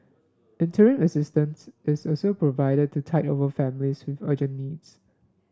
interim assistance is also provided to tide over families with urgent needs